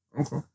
okay